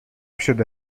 شده